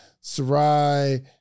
Sarai